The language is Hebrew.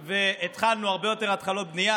והתחלנו הרבה יותר התחלות בנייה.